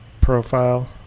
profile